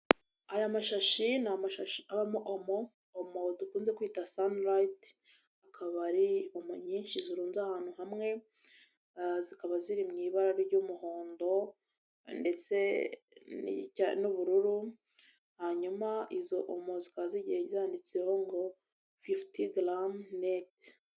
Aya mashashi ni abamo omo ,omo dukunze kwita sanirayiti, akaba ari omo nyinshi zirunze ahantu hamwe zikaba ziri mu ibara ry'umuhondo ndetse n'ubururu hanyuma izo omo zika zigiye zanditseho ngo fifiti garamu neti.